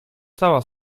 cała